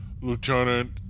Lieutenant